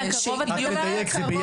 יוני הקרוב, את מתכוונת?